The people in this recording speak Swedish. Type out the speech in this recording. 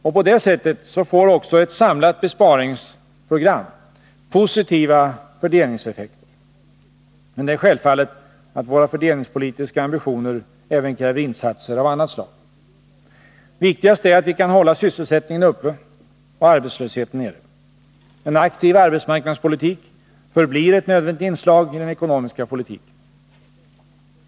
Och på det sättet får också ett samlat besparingsprogram positiva fördelningseffekter. Men självfallet kräver våra fördelningspolitiska ambitioner även insatser av annat slag. Viktigast är att vi kan hålla sysselsättningen uppe och arbetslösheten nere. En aktiv arbetsmarknadspolitik förblir ett nödvändigt inslag i den ekonomiska politiken.